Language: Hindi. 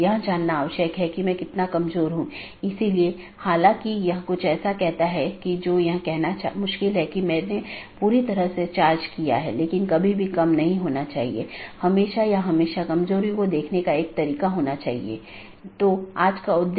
इसका मतलब है कि BGP का एक लक्ष्य पारगमन ट्रैफिक की मात्रा को कम करना है जिसका अर्थ है कि यह न तो AS उत्पन्न कर रहा है और न ही AS में समाप्त हो रहा है लेकिन यह इस AS के क्षेत्र से गुजर रहा है